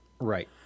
Right